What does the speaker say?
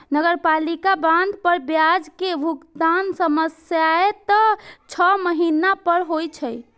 नगरपालिका बांड पर ब्याज के भुगतान सामान्यतः छह महीना पर होइ छै